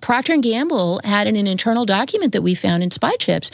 procter and gamble add an internal document that we found in spite chips